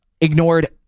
ignored